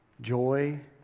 joy